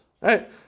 right